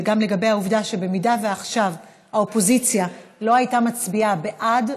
וגם לגבי העובדה שאם עכשיו האופוזיציה לא הייתה מצביעה בעד,